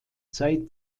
zeit